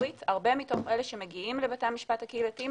שהרבה מאלה שמגיעים לבתי המשפט הקהילתיים